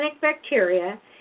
bacteria